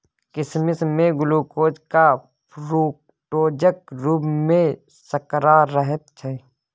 किसमिश मे ग्लुकोज आ फ्रुक्टोजक रुप मे सर्करा रहैत छै